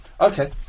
Okay